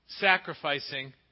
Sacrificing